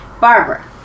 Barbara